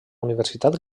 universitat